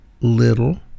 little